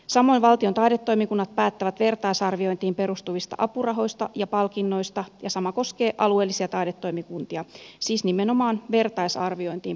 samoin valtion taidetoimikunnat päättävät vertaisarviointiin perustuvista apurahoista ja palkinnoista ja sama koskee alueellisia taidetoimikuntia siis nimenomaan vertaisarviointiin perustuvia